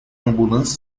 ambulância